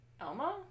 Elmo